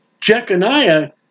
Jeconiah